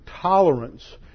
tolerance